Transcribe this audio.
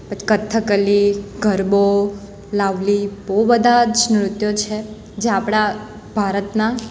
પછી કથકલી ગરબો લાવલી બઉ બધા જ નૃત્યો છે જે આપણા ભારતના